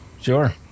Sure